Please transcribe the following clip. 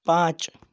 पाँच